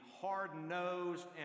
hard-nosed